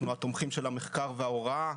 אנחנו התומכים של המחקר וההוראה,